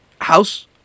House